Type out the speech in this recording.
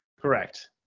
Correct